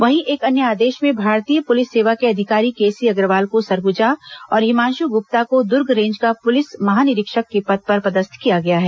वहीं एक अन्य आदेश में भारतीय पुलिस सेवा के अधिकारी केसी अग्रवाल को सरगुजा और हिमांशु गुप्ता को दुर्ग रेंज का पुलिस महानिरीक्षक के पद पर पदस्थ किया गया है